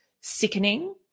sickening